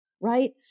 right